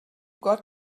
got